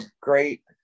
great